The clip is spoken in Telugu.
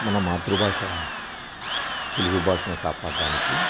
మన మాతృభాష తెలుగు భాషను కాపాడడానికి